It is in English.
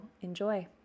enjoy